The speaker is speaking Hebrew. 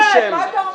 באמת, מה אתה אומר.